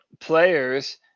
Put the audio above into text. players